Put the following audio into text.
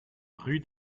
rue